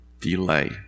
delay